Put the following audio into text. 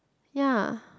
ya